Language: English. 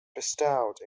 bestowed